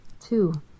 Two